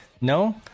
no